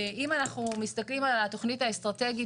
אם אנחנו מסתכלים על התכנית האסטרטגית